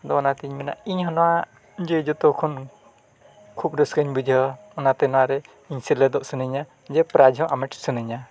ᱟᱫᱚ ᱚᱱᱟᱛᱤᱧ ᱢᱮᱱᱟ ᱤᱧᱦᱚᱸ ᱚᱱᱟ ᱡᱮ ᱡᱚᱛᱚ ᱠᱷᱚᱱ ᱠᱷᱩᱵᱽ ᱨᱟᱹᱥᱠᱟᱹᱧ ᱵᱩᱡᱷᱟᱹᱣᱟ ᱚᱱᱟᱛᱮ ᱱᱚᱣᱟᱨᱮ ᱤᱧ ᱥᱮᱞᱮᱫᱚᱜ ᱥᱟᱱᱟᱧᱟ ᱡᱮ ᱯᱨᱟᱭᱤᱡᱽ ᱦᱚᱸ ᱦᱟᱢᱮᱴ ᱥᱟᱱᱟᱧᱟ